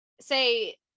say